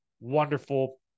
wonderful